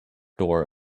door